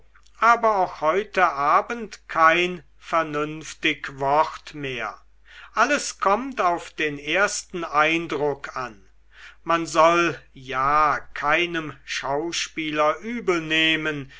aber auch heute abend kein vernünftig wort mehr alles kommt auf den ersten eindruck an man soll ja keinem schauspieler